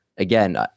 Again